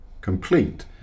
complete